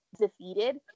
defeated